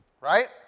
Right